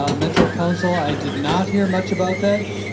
ah metro council i do not hear much about that.